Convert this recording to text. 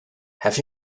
have